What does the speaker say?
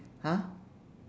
!huh!